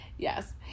yes